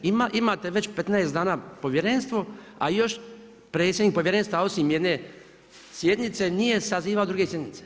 Imate već 15 dana povjerenstvo, a još predsjednik povjerenstva osim jedne sjednice nije sazivao druge sjednice.